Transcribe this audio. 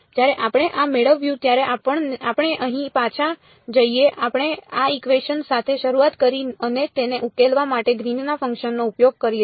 જ્યારે આપણે આ મેળવ્યું ત્યારે આપણે અહીં પાછા જઈએ આપણે આ ઇકવેશન સાથે શરૂઆત કરી અને તેને ઉકેલવા માટે ગ્રીનના ફંક્શનનો ઉપયોગ કરીએ